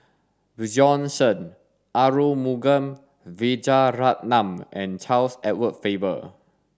Bjorn Shen Arumugam Vijiaratnam and Charles Edward Faber